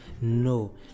No